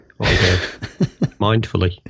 mindfully